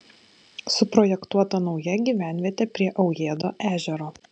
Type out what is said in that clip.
suprojektuota nauja gyvenvietė prie aujėdo ežero